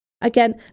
again